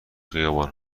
خیابان